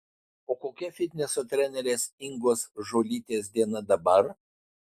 o kokia fitneso trenerės ingos žuolytės diena dabar